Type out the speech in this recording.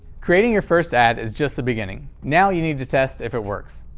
creating your first ad is just the beginning. now you need to test if it works.